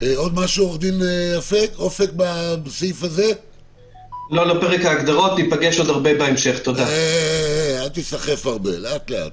אני רוצה להצטרף בהקשר הזה למה שמאיה אמרה.